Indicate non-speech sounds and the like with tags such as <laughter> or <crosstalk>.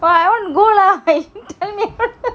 why I won't go lah <laughs>